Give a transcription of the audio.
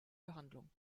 behandlung